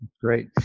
great